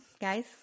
guys